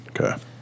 okay